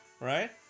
Right